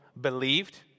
believed